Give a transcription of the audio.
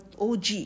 OG